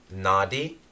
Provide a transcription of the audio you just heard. Nadi